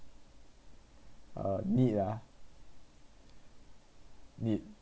uh neat ah neat